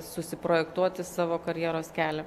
susiprojektuoti savo karjeros kelią